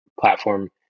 platform